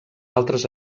altres